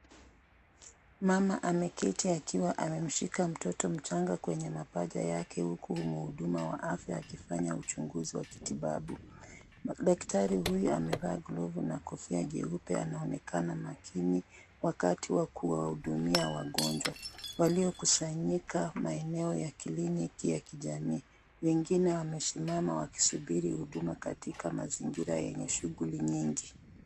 Mama ameketi akiwa amemshika mtoto mchanga kwenye mapaja yake huku mhudumu wa afya akifanya uchunguzi wa kitibabu. Daktari huyu amevaa glavu na kofia jeupe anaonekana makini wakati wa kuwahudumia wagonjwa, waliokusanyika maeneo ya kliniki ya kijamii. Wengine wamesimama wakisubiri huduma katika mazingira yenye shughuli nyingi.